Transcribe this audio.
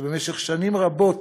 שבמשך שנים רבות